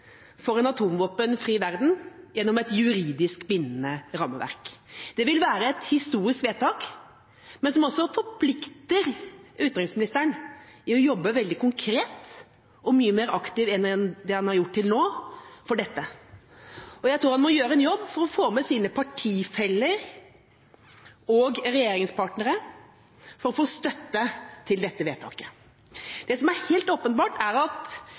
for en atomvåpenfri verden gjennom et juridisk bindende rammeverk. Det vil være et historisk vedtak som forplikter utenriksministeren til å jobbe veldig konkret og mye mer aktivt enn han har gjort til nå for dette. Jeg tror han må gjøre en jobb for å få med seg sine partifeller og sine regjeringspartnere for å få støtte til dette vedtaket. Det som er helt åpenbart, er at